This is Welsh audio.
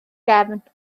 gefn